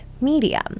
medium